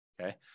Okay